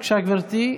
בבקשה, גברתי.